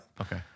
Okay